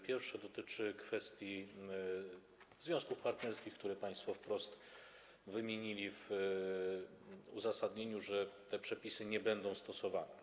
Pierwsze dotyczy kwestii związków partnerskich, które państwo wprost wymieniliście w uzasadnieniu, tego, że te przepisy nie będą stosowane.